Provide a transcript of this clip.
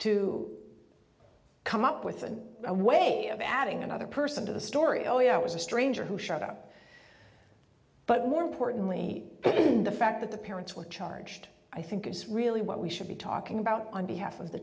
to come up with a way of adding another person to the story oh yeah it was a stranger who showed up but more importantly the fact that the parents were charged i think is really what we should be talking about on behalf of the